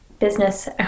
business